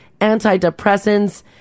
antidepressants